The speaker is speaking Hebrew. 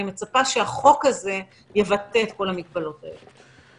אני מצפה שהחוק הזה יבטא את כל המגבלות האלו.